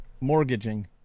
mortgaging